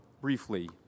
briefly